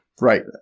Right